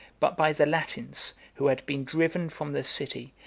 but by the latins, who had been driven from the city,